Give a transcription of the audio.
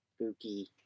Spooky